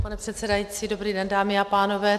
Děkuji, pane předsedající, dobrý den, dámy a pánové.